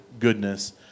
goodness